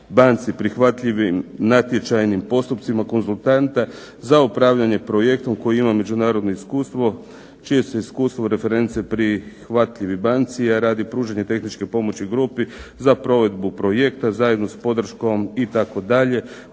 banci prihvatljivim natječajnim postupcima konzultanta za upravljanje projektom koje ima međunarodno iskustvo, čije iskustvo i reference prihvatljivi banci, a radi pružanja tehničke pomoći grupi za provedbu projekta zajedno s podrškom" itd.